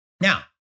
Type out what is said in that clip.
Now